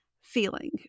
feeling